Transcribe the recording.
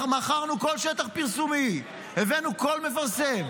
מכרנו כל שטח פרסומי, הבאנו כל מפרסם.